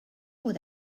would